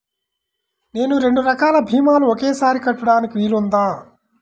నేను రెండు రకాల భీమాలు ఒకేసారి కట్టడానికి వీలుందా?